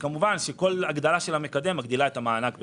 וכמובן שכל הגדרה של המקדם מגדילה את המענק בהתאם.